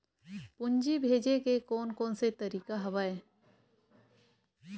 पूंजी भेजे के कोन कोन से तरीका हवय?